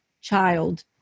child